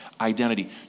Identity